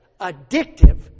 addictive